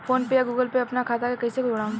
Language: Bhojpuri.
फोनपे या गूगलपे पर अपना खाता के कईसे जोड़म?